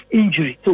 injury